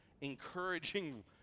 encouraging